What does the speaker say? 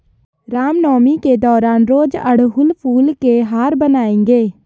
रामनवमी के दौरान रोज अड़हुल फूल के हार बनाएंगे